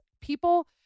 People